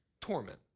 torment